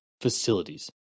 facilities